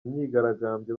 imyigaragambyo